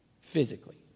Physically